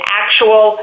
actual